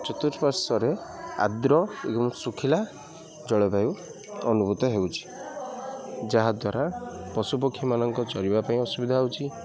ଚତୁର୍ପାଶ୍ୱରେ ଆଦ୍ର ଏବଂ ଶୁଖିଲା ଜଳବାୟୁ ଅନୁଭୂତ ହେଉଛି ଯାହାଦ୍ୱାରା ପଶୁପକ୍ଷୀମାନଙ୍କ ଚରିବା ପାଇଁ ଅସୁବିଧା ହଉଛି